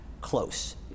close